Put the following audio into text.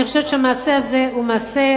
אני חושבת שהמעשה הזה הוא מעשה,